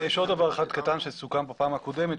יש עוד דבר אחד קטן שסוכם בפעם הקודמת,